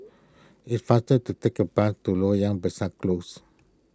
it faster to take a bus to Loyang Besar Close